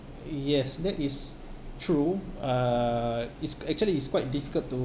y~ yes that is true uh it's actually it's quite difficult to